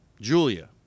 Julia